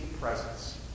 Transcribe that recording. presence